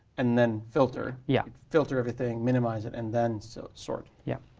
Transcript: and then filter yeah filter everything, minimize it and then so sort. yeah.